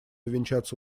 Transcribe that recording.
увенчаться